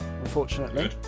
unfortunately